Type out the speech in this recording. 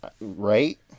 Right